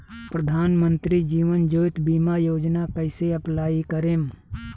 प्रधानमंत्री जीवन ज्योति बीमा योजना कैसे अप्लाई करेम?